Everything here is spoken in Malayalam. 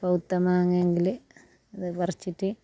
പഴുത്ത മാങ്ങ എങ്കിൽ അത് വറച്ചിറ്റ്